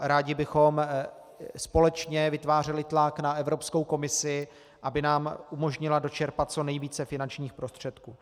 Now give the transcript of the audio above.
Rádi bychom společně vytvářeli tlak na Evropskou komisi, aby nám umožnila dočerpat co nejvíce finančních prostředků.